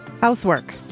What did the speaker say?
Housework